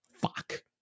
fuck